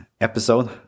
episode